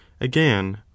again